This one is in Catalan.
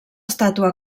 estàtua